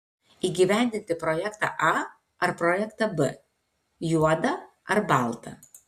įgyvendinti projektą a ar projektą b juoda ar balta